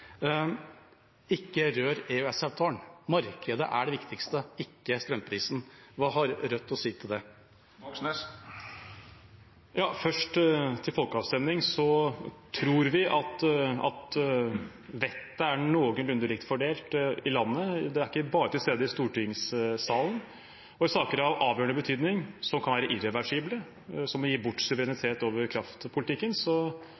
Ikke rør EØS-avtalen, markedet er det viktigste, ikke strømprisen. Hva har Rødt å si til det? Først til folkeavstemning: Vi tror at vettet er noenlunde likt fordelt i landet, det er ikke bare til stede i stortingssalen. For saker av avgjørende betydning som kan være irreversible, som å gi bort